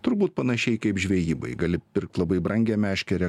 turbūt panašiai kaip žvejybai gali pirkt labai brangią meškerę